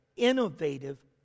innovative